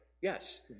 Yes